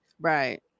Right